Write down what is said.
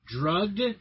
drugged